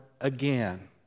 again